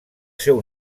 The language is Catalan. seu